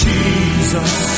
Jesus